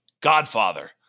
Godfather